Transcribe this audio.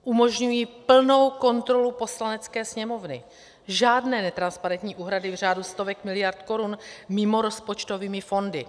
Umožňují plnou kontrolu Poslanecké sněmovny, žádné netransparentní úhrady v řádu stovek miliard korun mimorozpočtovými fondy.